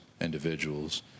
individuals